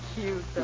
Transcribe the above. cute